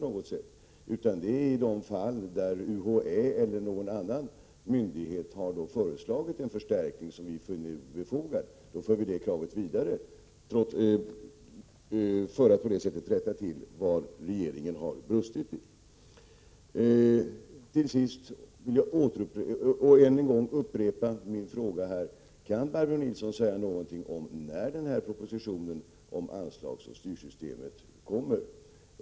Dessa gäller för de fall att UHÄ eller någon annan myndighet har föreslagit en förstärkning som de funnit vara befogad. Vi för då det kravet vidare för att på det sättet rätta till vad regeringen har brustit i. Till sist vill jag än en gång upprepa min fråga: Kan Barbro Nilsson säga någonting om när denna proposition om anslagsoch styrsystemet kommer?